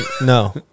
no